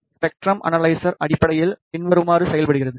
spectrum analyser அடிப்படையில் பின்வருமாறு செயல்படுகிறது